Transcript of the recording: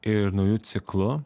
ir nauju ciklu